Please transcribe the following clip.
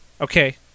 Okay